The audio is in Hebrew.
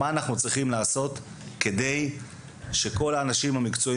מה אנחנו צריכים לעשות כדי שכל האנשים המקצועיים